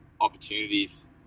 opportunities